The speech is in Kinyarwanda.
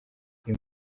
uyu